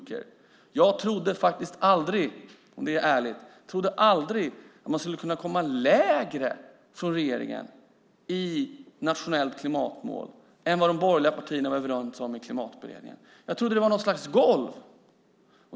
Ärligt talat trodde jag aldrig att regeringen skulle komma lägre när det gäller det nationella klimatmålet än vad de borgerliga partierna var överens om i Klimatberedningen och som jag trodde var ett slags golv.